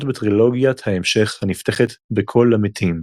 בטרילוגיית ההמשך הנפתחת ב"קול למתים".